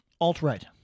alt-right